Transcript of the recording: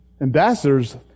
Ambassadors